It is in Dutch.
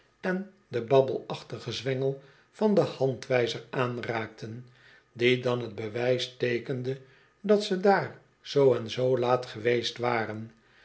en den babbelachtigen zwengel van den handwijzer aanraakten die dan t bewijs teekende dat ze daar zoo en zoo laat geweest waren